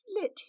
let